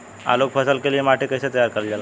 आलू क फसल के लिए माटी के कैसे तैयार करल जाला?